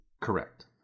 Correct